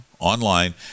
online